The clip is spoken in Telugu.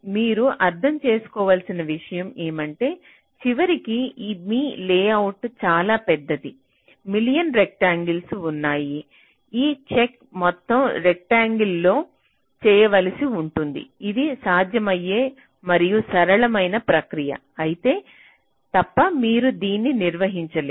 మీరు అర్థం చేసుకోవలసిన విషయం ఏమంటే చివరికి మీ లేఅవుట్ చాలా పెద్దది మిలియన్లు రెక్టాంగిల్స్ ఉన్నాయి ఈ చెక్ మొత్తం రెక్టాంగిల్ లో చేయవలసి ఉంటుంది ఇది సాధ్యమయ్యే మరియు సరళమైన ప్రక్రియ అయితే తప్ప మీరు దీన్ని నిర్వహించ లేరు